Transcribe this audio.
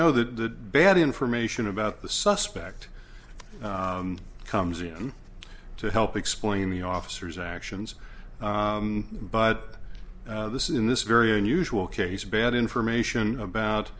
know that the bad information about the suspect comes in to help explain the officer's actions but this is in this very unusual case bad information about